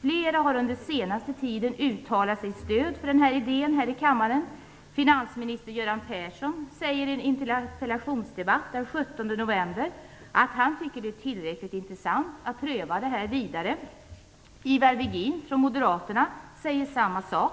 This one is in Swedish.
Flera har under senaste tiden uttalat sitt stöd för denna idé här i kammaren. Finansminister Göran Persson säger i en interpellationsdebatt den 17 november att han tycker att det är tillräckligt intressant att pröva detta vidare. Ivar Virgin, från Moderaterna, säger samma sak.